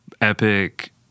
epic